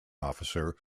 officer